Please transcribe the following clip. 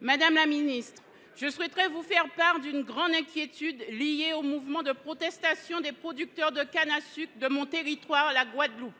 Madame la ministre, je souhaite vous faire part d’une grande inquiétude liée au mouvement de protestation des producteurs de canne à sucre de mon territoire, la Guadeloupe.